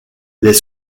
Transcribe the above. les